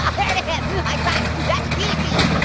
um there and it is, i saw it, and that's a guillotine.